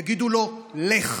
יגידו לו: לך,